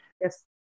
Yes